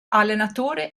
allenatore